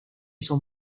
hizo